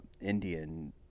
Indian